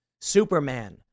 Superman